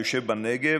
היושב בנגב.